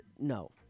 no